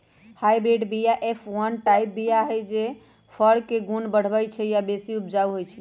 hybrid बीया F one type बीया हई जे फर के गुण बढ़बइ छइ आ बेशी उपजाउ होइ छइ